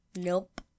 nope